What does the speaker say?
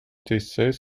décès